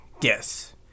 Yes